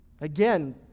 Again